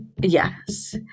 Yes